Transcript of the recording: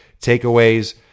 takeaways